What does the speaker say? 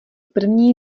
první